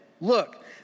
Look